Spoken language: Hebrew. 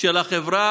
של החברה.